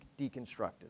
deconstructed